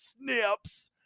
snips